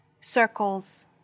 Circles